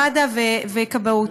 מד"א וכבאות.